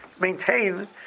Maintain